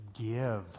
give